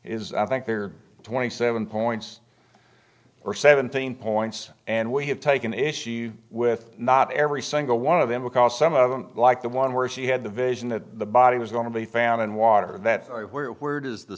is i think there are twenty seven points or seventeen points and we have taken issue with not every single one of them because some of them like the one where she had the vision that the body was going to be found in water that where where does the